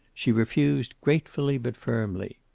she refused gratefully but firmly.